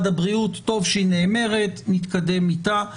הרבה פעמים הדברים לא נעשים מזדון או מערלות לב.